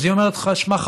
אז היא אומרת לך: שמע,